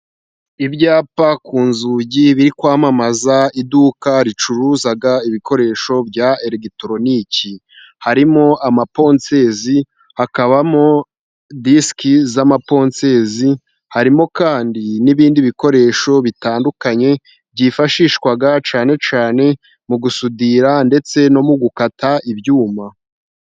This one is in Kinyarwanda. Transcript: Ibyapa ku nzugi biri kwamamaza iduka ricuruza ibikoresho bya elegitoroniki, harimo amaponsezi, hakabamo disiki z'amaponsezi, harimo kandi n'ibindi bikoresho bitandukanye byifashishwa cyane cyane mu gusudira ndetse no mu gukata ibyuma.